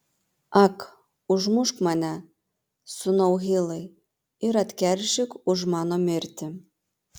ak užmušk mane sūnau hilai ir atkeršyk už mano mirtį